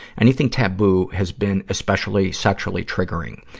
anything taboo has been especially sexually triggering.